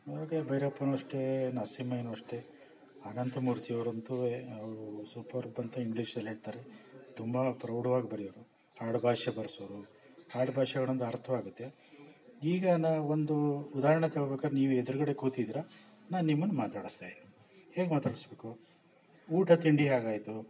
ಹಾಗೆ ಭೈರಪ್ಪನು ಅಷ್ಟೇ ನರಸಿಂಹಯ್ಯನೂ ಅಷ್ಟೆ ಅನಂತಮೂರ್ತಿಯವ್ರಂತು ಅವರು ಸೂಪರ್ಬ್ ಅಂತ ಇಂಗ್ಲಿಷಲ್ಲಿ ಹೇಳ್ತಾರೆ ತುಂಬ ಪ್ರೌಢವಾಗಿ ಬರೆಯೋರು ಆಡುಭಾಷೆ ಬರೆಸೋರು ಆಡುಭಾಷೆಗಳು ಅಂದ್ರೆ ಅರ್ಥ್ವಾಗತ್ತೆ ಈಗ ನಾ ಒಂದು ಉದಾಹರಣೆ ತಗೋಬೇಕಾರೆ ನೀವು ಎದುರ್ಗಡೆ ಕೂತಿದ್ದಿರಾ ನಾನು ನಿಮ್ಮನ್ನ ಮಾತಾಡಸ್ತಾಯಿದ್ದೀನಿ ಹೇಗೆ ಮಾತಾಡಿಸ್ಬೇಕು ಊಟ ತಿಂಡಿ ಹೇಗಾಯ್ತು